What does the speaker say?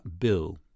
bill